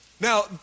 Now